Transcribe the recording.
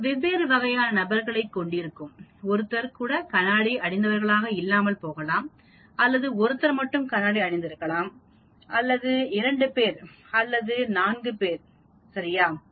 இது வெவ்வேறு வகையான நபர்களை கொண்டிருக்கும் ஒருத்தர் கூட கண்ணாடி அணிந்தவர்களாக இல்லாமல் போகலாம் அல்லது ஒருத்தர் மட்டும் கண்ணாடி அடைந்திருக்கலாம் அல்லது இரண்டு பேர் அல்லது நான்கு பேர் சரியா